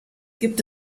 gibt